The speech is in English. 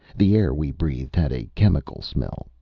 the air we breathed had a chemical smell.